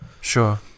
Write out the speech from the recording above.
sure